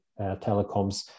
telecoms